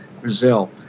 Brazil